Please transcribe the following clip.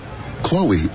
Chloe